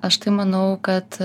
aš tai manau kad